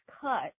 cut